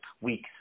weeks